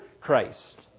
Christ